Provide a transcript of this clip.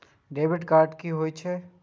Debit card की होय छेय?